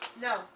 No